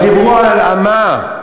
אבל דיברו על הלאמה,